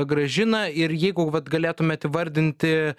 gražina ir jeigu vat galėtumėt įvardinti